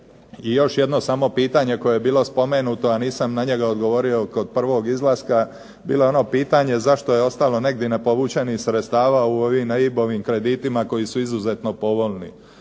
I još jedno samo pitanje koje je bilo spomenuto, a nisam na njega odgovorio kod prvog izlaska, bilo je ono pitanje zašto je ostalo negdje nepovučenih sredstava u ovim EIB-ovim kreditima koji su izuzetno povoljni.